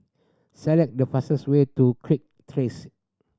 select the fastest way to Kirk Terrace